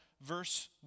verse